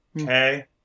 Okay